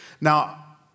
Now